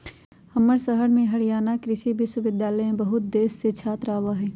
हमर शहर में हरियाणा कृषि विश्वविद्यालय में बहुत देश से छात्र आवा हई